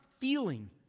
feeling